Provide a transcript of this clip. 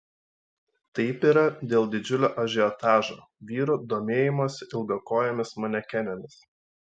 taip yra dėl didžiulio ažiotažo vyrų domėjimosi ilgakojėmis manekenėmis